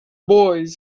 boys